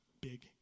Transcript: big